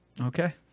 Okay